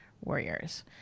Warriors